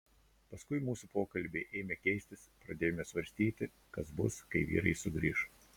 paskui mūsų pokalbiai ėmė keistis pradėjome svarstyti kas bus kai vyrai sugrįš